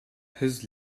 his